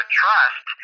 trust